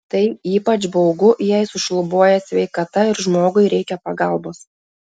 tai ypač baugu jei sušlubuoja sveikata ir žmogui reikia pagalbos